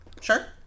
sure